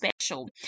special